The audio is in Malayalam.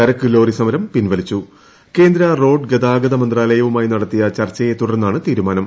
ചരക്കുലോറി സമരം പിൻവലിച്ചു കേന്ദ്ര റോഡ് ഗതാഗത മന്ത്രാലയവുമായി നടത്തിയെ ചർച്ചയെ തുടർന്നാണ് തീരുമാനം